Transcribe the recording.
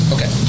Okay